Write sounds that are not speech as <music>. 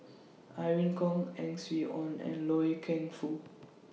Irene Khong Ang Swee Aun and Loy Keng Foo <noise>